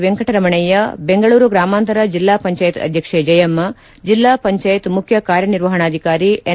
ವೆಂಕಟರಮಣಯ್ನ ಬೆಂಗಳೂರು ಗ್ರಮಾಂತರ ಜಿಲ್ಲಾ ಪಂಚಾಯತ್ ಅಧಕ್ಷೆ ಜಯಮ್ನ ಜಲ್ಲಾ ಪಂಚಾಯತ್ ಮುಖ್ನ ಕಾರ್ಯನಿರ್ವಹಣಾಕಾರಿ ಎನ್